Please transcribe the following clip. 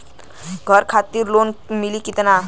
घर खातिर लोन मिली कि ना?